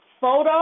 photo